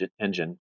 engine